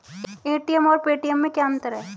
ATM और Paytm में क्या अंतर है?